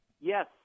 yes